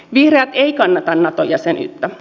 vihreät ei kannata nato jäsenyyttä